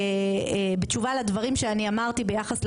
אני מדבר על